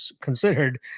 considered